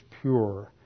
pure